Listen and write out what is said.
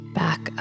back